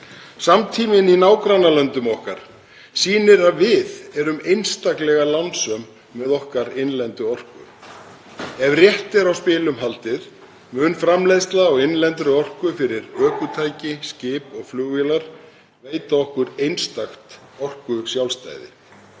Samtíminn í nágrannalöndum okkar sýnir að við erum einstaklega lánsöm með okkar innlendu orku. Ef rétt er á spilum haldið mun framleiðsla á innlendri orku fyrir ökutæki, skip og flugvélar veita okkur einstakt orkusjálfstæði.